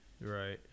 Right